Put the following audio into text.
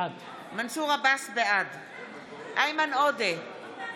בעד איימן עודה, אינו נוכח